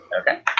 Okay